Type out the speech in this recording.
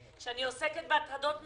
שאני עוסקת בהטרדות מיניות,